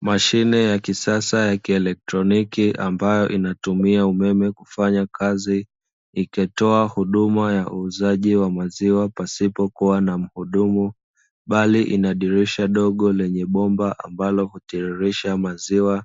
Mashine ya kisasa ya kielektroniki ambayo inatumia umeme kufanya kazi ikitoa huduma ya uuzaji wa maziwa pasipokuwa na muhudumu, bali ina dirisha dogo lenye bomba ambalo hutiririsha maziwa